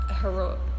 heroic